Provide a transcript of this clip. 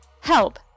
help